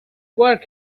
work